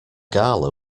gala